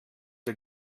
der